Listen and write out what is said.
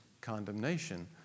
condemnation